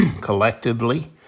collectively